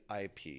IP